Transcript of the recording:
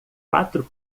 quatro